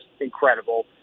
incredible